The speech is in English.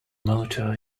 motor